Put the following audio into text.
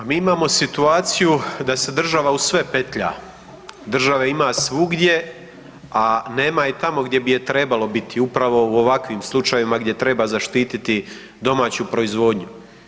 Pa mi imamo situaciju da se država u sve petlja, države ima svugdje, a nema je tamo gdje bi je trebalo biti, upravo u ovakvim slučajevima gdje treba zaštititi domaću proizvodnju.